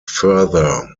further